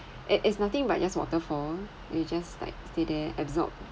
it it's nothing but just waterfall we just like stay there absorb